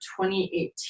2018